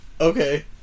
Okay